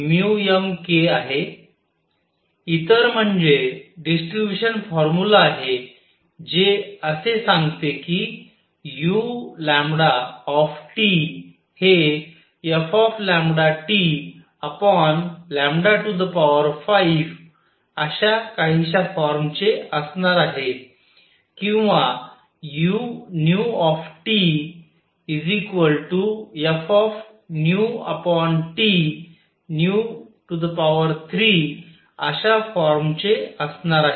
इतर म्हणजे distribution formula आहे जे असे सांगते कि u हे fT5 अश्या काहीश्या फॉर्म चे असणार आहे किंवा u fT3 अश्या फॉर्म चे असणार आहे